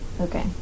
Okay